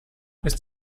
ist